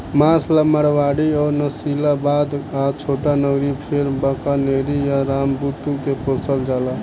मांस ला मारवाड़ी अउर नालीशबाबाद आ छोटानगरी फेर बीकानेरी आ रामबुतु के पोसल जाला